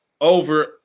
over